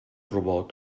robot